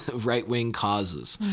right-wing causes.